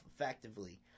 effectively